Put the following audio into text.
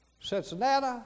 Cincinnati